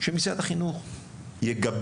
שמשרד החינוך יגבש